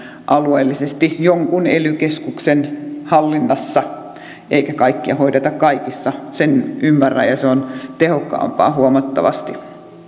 alueellisesti jonkun ely keskuksen hallinnassa eikä kaikkea hoideta kaikissa sen ymmärtäisin ja se on tehokkaampaa huomattavasti